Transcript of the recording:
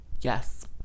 yes